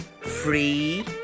free